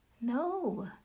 no